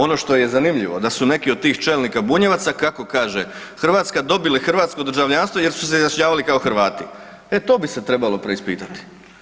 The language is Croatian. Ono što je zanimljivo da su neki od tih čelnika Bunjevaca kako kaže Hrvatska dobili hrvatsko državljanstvo jer su se izjašnjavali kao Hrvati, e to bi se trebalo preispitati.